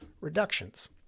reductions